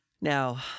Now